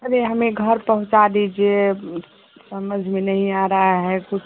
अरे हमें घर पहुँचा दीजिए समझ में नहीं आ रहा है कुछ